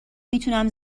میتونم